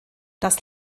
das